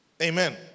Amen